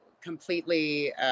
completely